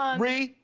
um ree,